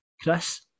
Chris